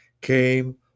came